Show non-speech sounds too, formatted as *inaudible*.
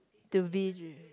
to be *noise*